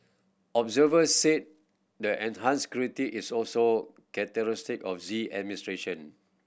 observer say the enhanced scrutiny is also characteristic of Xi administration